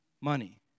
Money